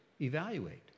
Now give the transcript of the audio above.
evaluate